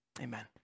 Amen